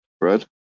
right